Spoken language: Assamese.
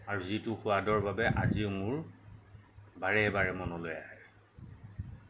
আৰু যিটো সোৱাদৰ বাবে আজিও মোৰ বাৰে বাৰে মনলৈ আহে